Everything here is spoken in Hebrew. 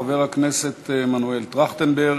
חבר הכנסת מנואל טרכטנברג.